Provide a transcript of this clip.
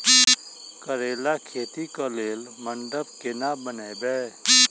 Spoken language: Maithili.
करेला खेती कऽ लेल मंडप केना बनैबे?